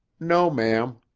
no, ma'am.